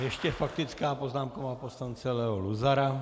Ještě faktická poznámka pana poslance Leo Luzara.